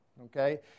Okay